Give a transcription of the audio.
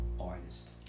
artist